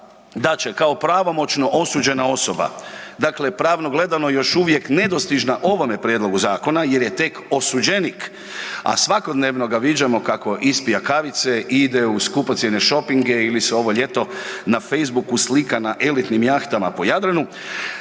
da će kao pravomoćno osuđena osoba, dakle pravno gledano još uvijek nedostižna ovome prijedlogu zakona jer je tek osuđenik, a svakodnevno ga viđamo kako ispija kavice i ide u skupocjene šopinge ili se ovo ljeto na facebooku slika na elitnim jahtama po Jadranu,